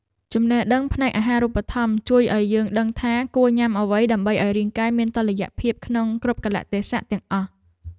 ចំណេះដឹងផ្នែកអាហារូបត្ថម្ភជួយឱ្យយើងដឹងថាគួរញ៉ាំអ្វីដើម្បីឱ្យរាងកាយមានតុល្យភាពក្នុងគ្រប់កាលៈទេសៈទាំងអស់។